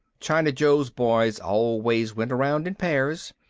china joe's boys always went around in pairs.